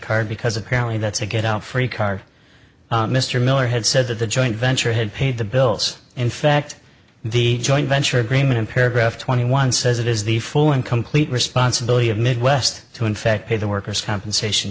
card because apparently that's a get out free card mr miller had said that the joint venture had paid the bills in fact the joint venture agreement paragraph twenty one says it is the full and complete responsibility of midwest to infect pay the workers compensation